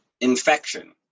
infection